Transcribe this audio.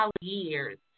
years